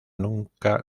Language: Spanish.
nunca